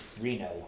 Reno